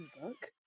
book